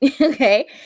okay